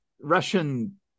Russian